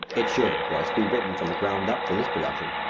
it should, of course, be written from the ground up for this production,